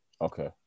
Okay